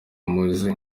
mowzey